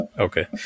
Okay